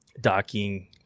docking